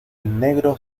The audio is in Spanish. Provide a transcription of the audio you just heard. negro